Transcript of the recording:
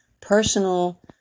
personal